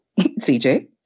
CJ